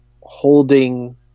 holding